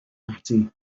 ati